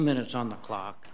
minutes on the clock